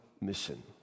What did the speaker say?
mission